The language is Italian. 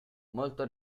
molto